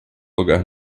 lugar